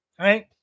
right